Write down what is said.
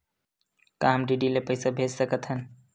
का हम डी.डी ले पईसा भेज सकत हन?